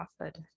offered